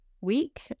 week